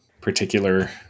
particular